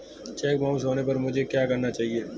Check bounce होने पर मुझे क्या करना चाहिए?